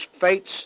fates